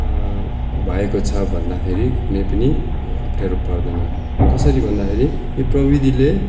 भएको छ भन्दा फेरि कुनै पनि ए अप्ठ्यारो पर्दैन कसरी भन्दा फेरि यो प्रविधिले